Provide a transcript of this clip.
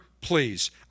please